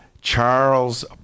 Charles